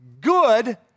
good